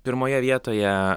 pirmoje vietoje